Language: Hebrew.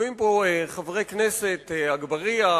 יושבים פה חבר הכנסת אגבאריה,